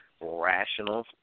rational